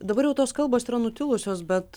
dabar jau tos kalbos yra nutilusios bet